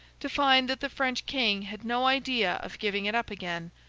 to find that the french king had no idea of giving it up again,